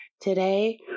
Today